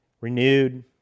renewed